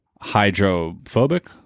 hydrophobic